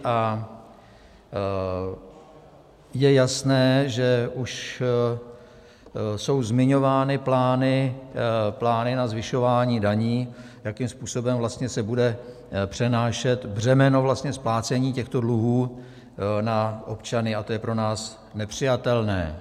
A je jasné, že už jsou zmiňovány plány na zvyšování daní, jakým způsobem vlastně se bude přenášet břemeno splácení těchto dluhů na občany, a to je pro nás nepřijatelné.